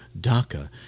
DACA